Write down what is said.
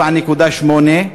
7.8,